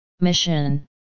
Mission